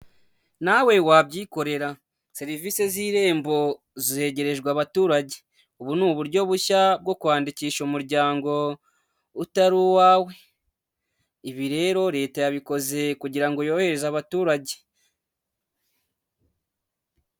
Nawe wabyikorera! Serivisi z'irembo zegerejwe abaturage. Ubu ni uburyo bushya bwo kwandikisha umuryango utari uwawe. Ibi rero, leta yabikoze kugira ngo yorohereze abaturage.